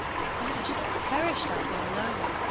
i thought i should have perished out there alone.